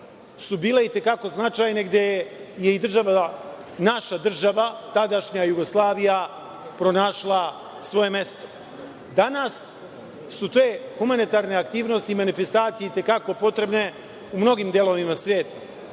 su bile i te kako značajne, gde je i naša država, tadašnja Jugoslavija, pronašla svoje mesto. Danas su te humanitarne aktivnosti i manifestacije i te kako potrebne u mnogim delovima sveta,